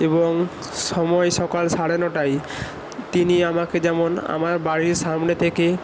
এবং সময় সকাল সাড়ে নটায় তিনি আমাকে যেমন আমার বাড়ির সামনে থেকে